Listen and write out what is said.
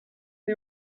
est